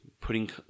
putting